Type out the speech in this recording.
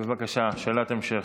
בבקשה, שאלת המשך.